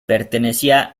pertenecía